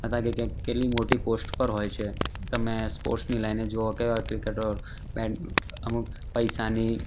અત્યારે કંઈક કેટલી મોટી પોસ્ટ પર હોય છે તમે સ્પોર્ટ્સની લાઈને જોવો કે ક્રિકેટરો બેન અમુક પૈસાની